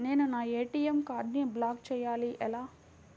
నేను నా ఏ.టీ.ఎం కార్డ్ను బ్లాక్ చేయాలి ఎలా?